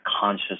conscious